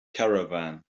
caravan